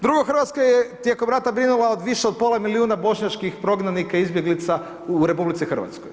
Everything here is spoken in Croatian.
Drugo, Hrvatska je tijekom rata brinula više od pola milijuna, Bošnjačkih, prognanika, izbjeglica u RH.